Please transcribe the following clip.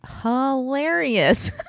Hilarious